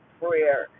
prayer